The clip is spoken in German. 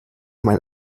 mein